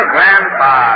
Grandpa